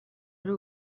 ari